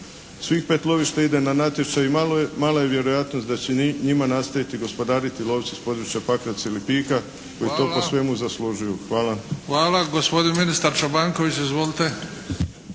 svih pet lovišta ide na natječaj i mala je vjerojatnost da će njima nastaviti gospodariti lovci s područja Pakraca i Lipika koji to po svemu zaslužuju. Hvala. **Bebić, Luka (HDZ)** Hvala. Gospodin ministar Čobanković. Izvolite.